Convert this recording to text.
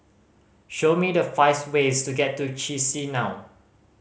show me the five ways to get to Chisinau